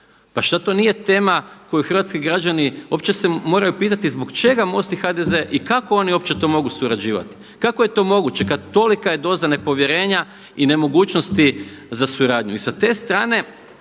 Pa šta to nije tema koju hrvatski građani opće se moraju pitati zbog čega MOST i HDZ i kako oni opće to mogu surađivati? Kako je to moguće kad tolika je doza nepovjerenja i nemogućnosti za suradnju?